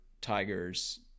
Tiger's